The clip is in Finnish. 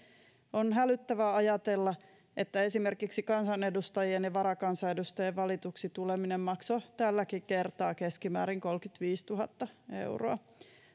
on hälyttävää ajatella että esimerkiksi kansanedustajien ja varakansanedustajien valituksi tuleminen maksoi tälläkin kertaa keskimäärin kolmekymmentäviisituhatta euroa